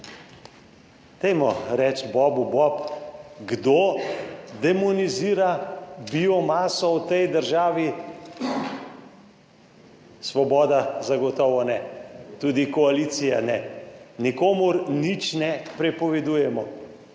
Dajmo reči bobu bob. Kdo demonizira biomaso v tej državi? Svoboda zagotovo ne. Tudi koalicija ne. Nikomur nič ne prepovedujemo.